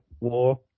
War